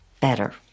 Better